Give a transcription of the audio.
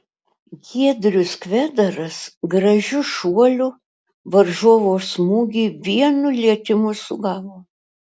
giedrius kvedaras gražiu šuoliu varžovo smūgį vienu lietimu sugavo